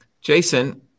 Jason